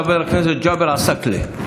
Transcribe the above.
חבר הכנסת ג'אבר עסאקלה.